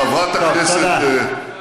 חברת הכנסת רוזין, נא לצאת מן האולם.